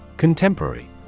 Contemporary